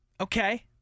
Okay